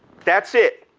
that's it.